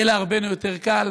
יהיה לנו הרבה יותר קל.